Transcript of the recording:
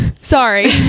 sorry